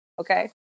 okay